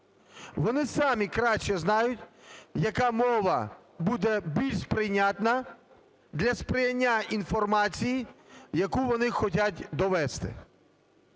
Вони самі краще знають, яка мова буде більш прийнятна для сприйняття інформації, яку вони хочуть довести,